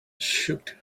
shook